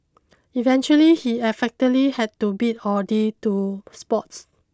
eventually he effectively had to bid adieu to sports